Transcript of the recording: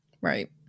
Right